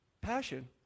Passion